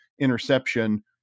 interception